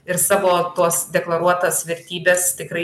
ir savo tuos deklaruotas vertybes tikrai